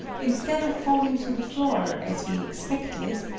instead of falling to the floor, as we expected,